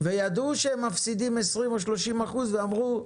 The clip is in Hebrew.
ידעו שהם מפסידים 20% או 30%, ואמרו: